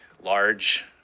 large